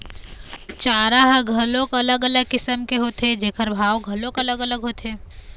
चारा ह घलोक अलग अलग किसम के होथे जेखर भाव घलोक अलग अलग होथे